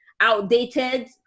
outdated